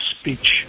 speech